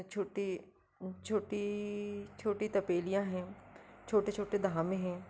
छोटी छोटी छोटी तपेलियाँ हैं छोटे छोटे धामे हैं